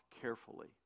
carefully